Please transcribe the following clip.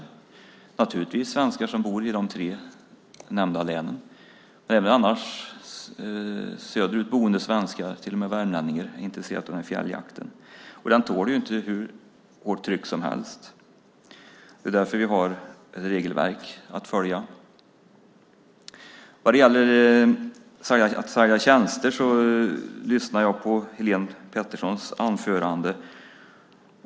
Det gäller naturligtvis svenskar som bor i de tre nämnda länen, men även söderut boende svenskar, till och med värmlänningar, är intresserade av fjälljakten, och den tål ju inte hur hårt tryck som helst. Det är därför vi har regelverk att följa. När det gäller att sälja tjänster lyssnade jag på Helén Petterssons anförande.